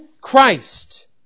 Christ